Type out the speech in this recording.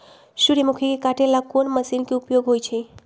सूर्यमुखी के काटे ला कोंन मशीन के उपयोग होई छइ?